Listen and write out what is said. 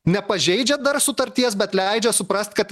nepažeidžia sutarties bet leidžia suprast kad